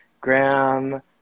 graham